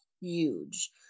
huge